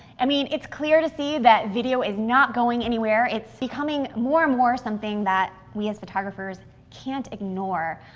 i mean, it's clear to see that video is not going anywhere. it's becoming more and more something that we as photographers can't ignore.